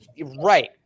right